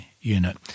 unit